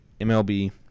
MLB